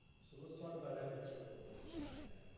so let's talk about ethics for a little bit this afternoon.